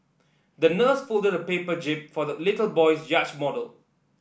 the nurse folded a paper jib for the little boy's yacht model